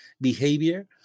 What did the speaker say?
behavior